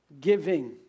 giving